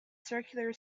circular